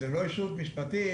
זה לא ישות משפטית,